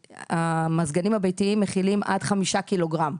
כשהמזגנים הביתיים מכילים עד 5 קילוגרם.